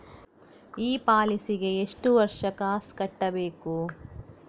ಈ ಪಾಲಿಸಿಗೆ ಎಷ್ಟು ವರ್ಷ ಕಾಸ್ ಕಟ್ಟಬೇಕು?